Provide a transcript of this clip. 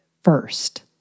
first